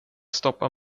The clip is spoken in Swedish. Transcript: stoppa